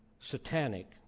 Satanic